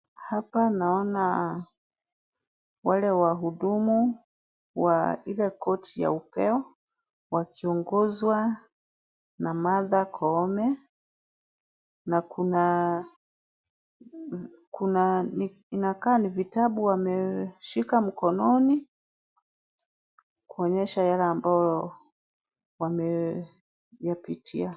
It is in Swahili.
Hapa naona wale wahudumu wa ile koti ya upeo wakiongozwa na Martha Koome na kuna inakaa ni vitabu wameshika mkononi kuonyesha yale ambayo wameyapitia.